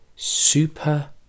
Super